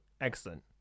Excellent